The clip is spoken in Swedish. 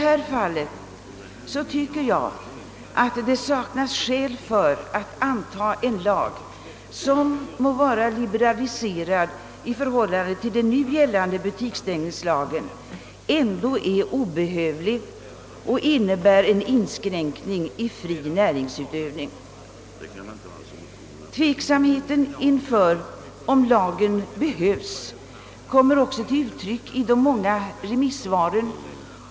Jag tycker att vi saknar skäl för att anta denna lag som, ehuru den är liberaliserad i förhållande till gällande butikstängningslag, är obehövlig och innebär en inskränkning i den fria näringsutövningen. Tveksamheten inför behovet av denna lag kommer också till uttryck i många av remissvaren.